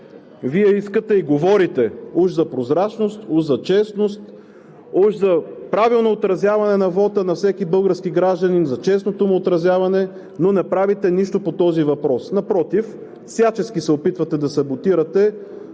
Вие искате и говорите уж за прозрачност, уж за честност, уж за правилно и честно отразяване на вота на всеки български гражданин, но не правите нищо по този въпрос. Напротив, всячески се опитвате да саботирате